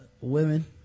women